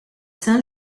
saint